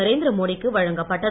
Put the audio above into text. நரேந்திரமோடி க்கு வழங்கப்பட்டது